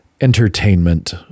entertainment